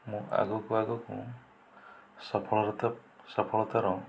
ମୁଁ ଆଗକୁ ଆଗକୁ ସଫଳତାର